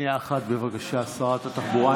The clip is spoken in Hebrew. שנייה אחת, בבקשה, שרת התחבורה.